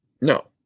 No